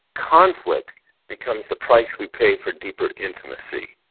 conflict becomes the price we pay for deeper intimacy.